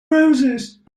roses